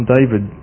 David